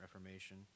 Reformation